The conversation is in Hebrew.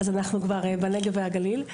אנחנו כבר בנגב והגליל.